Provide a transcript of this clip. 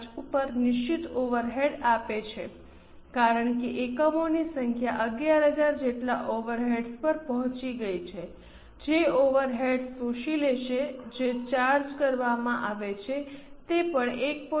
5 ઉપર નિશ્ચિત ઓવરહેડ્સ આપે છે કારણ કે એકમોની સંખ્યા 11000 જેટલા ઓવરહેડ્સ પર પહોંચી ગઈ છે જે ઓવરહેડ્સ શોષી લેશે જે ચાર્જ કરવામાં આવે છે તે પણ 1